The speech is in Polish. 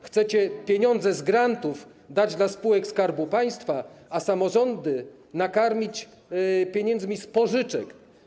Chcecie pieniądze z grantów przeznaczyć dla spółek Skarbu Państwa, a samorządy nakarmić pieniędzmi z pożyczek.